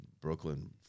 brooklyn